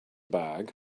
bag